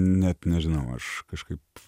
net nežinau aš kažkaip